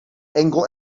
enkel